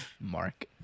Mark